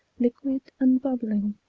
liquid and bubbling,